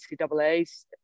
NCAAs